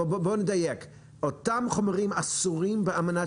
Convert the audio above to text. בואו נדייק: אותם חומרים אסורים באמנת